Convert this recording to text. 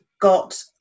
got